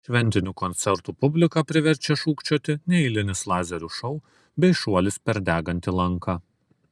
šventinių koncertų publiką priverčia šūkčioti neeilinis lazerių šou bei šuolis per degantį lanką